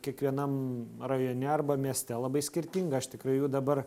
kiekvienam rajone arba mieste labai skirtinga aš tikrai jų dabar